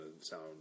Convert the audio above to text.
sound